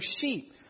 sheep